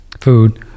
Food